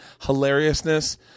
hilariousness